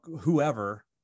whoever